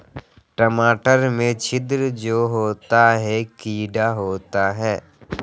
टमाटर में छिद्र जो होता है किडा होता है?